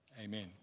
Amen